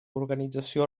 organització